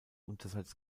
unterseits